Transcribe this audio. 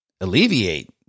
alleviate